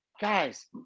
guys